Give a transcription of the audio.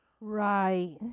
right